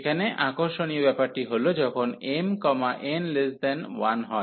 এখানে আকর্ষণীয় ব্যাপারটি হল যখন mn1 হয়